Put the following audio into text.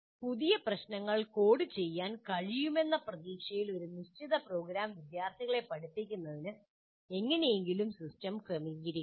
പുതിയ പ്രശ്നങ്ങൾക്ക് കോഡ് ചെയ്യാൻ കഴിയുമെന്ന പ്രതീക്ഷയിൽ ഒരു നിശ്ചിത പ്രോഗ്രാം വിദ്യാർത്ഥികളെ പഠിപ്പിക്കുന്നതിന് എങ്ങനെയെങ്കിലും സിസ്റ്റം ക്രമീകരിക്കുന്നു